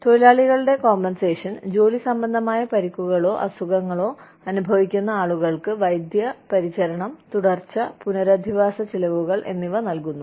തൊഴിലാളികളുടെ നഷ്ടപരിഹാരം ജോലി സംബന്ധമായ പരിക്കുകളോ അസുഖങ്ങളോ അനുഭവിക്കുന്ന ആളുകൾക്ക് വൈദ്യ പരിചരണം തുടർച്ച പുനരധിവാസ ചെലവുകൾ എന്നിവ നൽകുന്നു